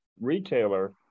retailer